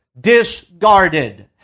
discarded